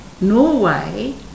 Norway